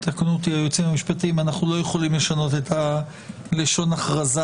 לטענתי אין כרגע